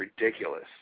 ridiculous